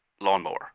lawnmower